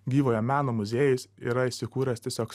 gyvojo meno muziejus yra įsikūręs tiesiog